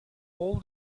all